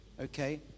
Okay